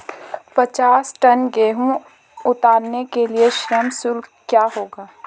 पचास टन गेहूँ उतारने के लिए श्रम शुल्क क्या होगा?